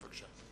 בבקשה.